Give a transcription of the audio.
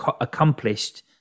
accomplished